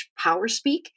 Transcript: powerspeak